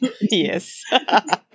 Yes